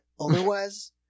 Otherwise